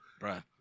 Right